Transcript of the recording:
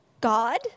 God